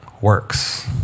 works